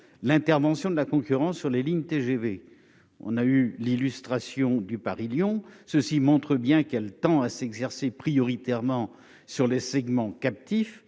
l'intervention de la concurrence sur les lignes TGV, on a eu l'illustration du Paris-Lyon, ceci montre bien qu'elle tend à s'exercer prioritairement sur les segments captifs,